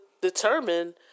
determine